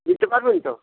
দিতে পারবেন তো